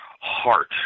heart